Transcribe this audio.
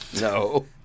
No